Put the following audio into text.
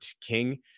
king